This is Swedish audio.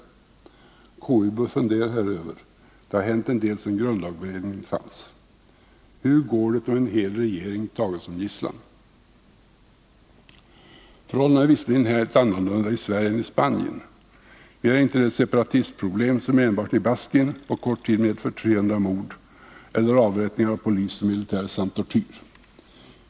Konstitutionsutskottet bör fundera häröver; det har hänt en del sedan grundlagberedningens tid. Hur går det om en hel regering tages som gisslan? Förhållandena är visserligen helt annorlunda i Sverige än i Spanien. Vi har inte det separatistproblem som enbart i Baskien på kort tid medfört 300 mord eller avrättningar av polis och militär samt tortyr.